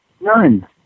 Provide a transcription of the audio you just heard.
None